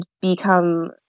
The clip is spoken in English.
become